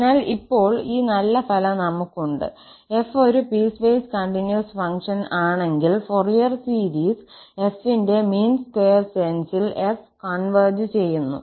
അതിനാൽ ഇപ്പോൾ ഈ നല്ല ഫലം നമുക്കുണ്ട് 𝑓 ഒരു പീസ്വേസ് കണ്ടിന്യൂസ് ഫംഗ്ഷൻ ആണെങ്കിൽ ഫോറിയർ സീരീസ് 𝑓 ന്റെ മീൻ സ്ക്വയർ സെൻസിൽ 𝑓 കോൺവെർജ് ചെയ്യുന്നു